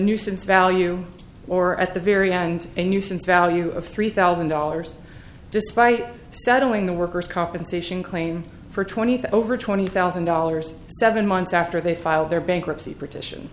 nuisance value or at the very end a nuisance value of three thousand dollars despite settling the worker's compensation claim for twenty three over twenty thousand dollars seven months after they filed their bankruptcy protection